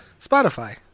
Spotify